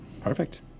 Perfect